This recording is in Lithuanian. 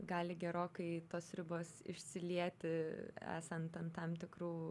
gali gerokai tos ribos išsilieti esant ant tam tikrų